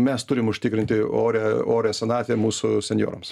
mes turim užtikrinti orią orią senatvę mūsų senjorams